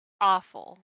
awful